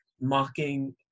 mocking